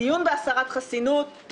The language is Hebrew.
דיון בהסרת חסינות,